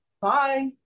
bye